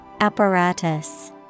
Apparatus